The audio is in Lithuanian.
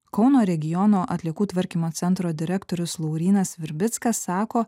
kauno regiono atliekų tvarkymo centro direktorius laurynas virbickas sako